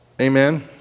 Amen